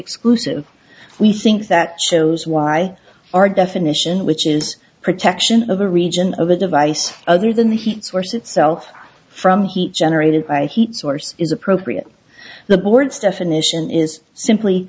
exclusive we think that shows y our definition which is protection of a region of a device other than the heat source itself from heat generated by heat source is appropriate the board's definition is simply